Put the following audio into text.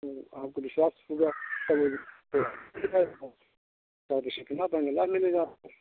तो आप पे विश्वास होगा तब पूरा मिलेगा आपको